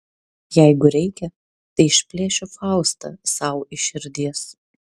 jeigu reikia tai išplėšiu faustą sau iš širdies